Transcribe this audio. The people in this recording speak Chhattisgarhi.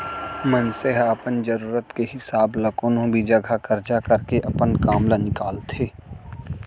मनसे ह अपन जरूरत के हिसाब ल कोनो भी जघा करजा करके अपन काम ल निकालथे